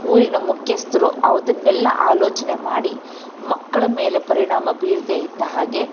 ಊರಿನ ಮುಖ್ಯಸ್ಥರು ಅದನ್ನೆಲ್ಲ ಆಲೋಚನೆ ಮಾಡಿ ಮಕ್ಕಳ ಮೇಲೆ ಪರಿಣಾಮ ಬೀರದೆ ಇದ್ದ ಹಾಗೆ